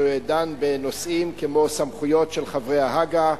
שדן בנושאים כמו סמכויות של חברי הג"א,